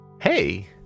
Hey